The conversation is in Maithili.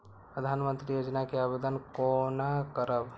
प्रधानमंत्री योजना के आवेदन कोना करब?